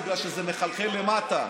בגלל שזה מחלחל למטה.